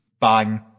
bang